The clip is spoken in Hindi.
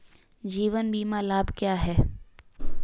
जीवन बीमा लाभ क्या हैं?